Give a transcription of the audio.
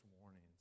warnings